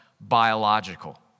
biological